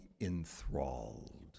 enthralled